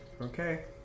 Okay